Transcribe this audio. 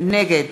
נגד